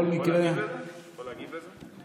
אני יכול להגיב על זה?